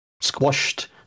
squashed